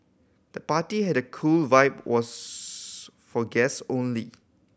the party had a cool vibe was for guest only